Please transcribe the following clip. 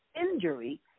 Injury